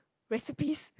recipes